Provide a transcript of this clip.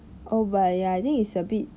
oh but ya I think it's a bit